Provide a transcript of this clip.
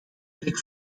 werk